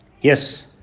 yes